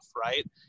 right